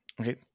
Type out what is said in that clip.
Okay